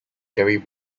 gary